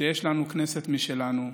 יש לנו כנסת משלנו,